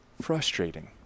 frustrating